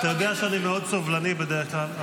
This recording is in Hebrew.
אתה יודע שאני מאוד סובלני בדרך כלל,